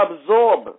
absorb